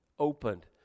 opened